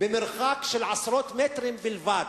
במרחק של עשרות מטרים בלבד.